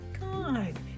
God